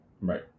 right